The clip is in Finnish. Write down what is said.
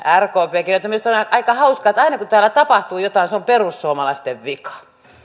rkpkin minusta on aika hauskaa että aina kun täällä tapahtuu jotain se on perussuomalaisten vika